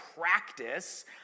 practice